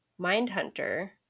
Mindhunter